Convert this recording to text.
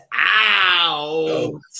Out